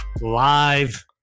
live